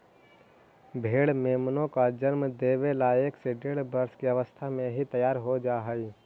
भेंड़ मेमनों को जन्म देवे ला एक से डेढ़ वर्ष की अवस्था में ही तैयार हो जा हई